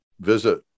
visit